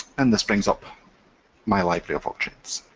and this brings up my library of objects.